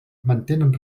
mantenen